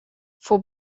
for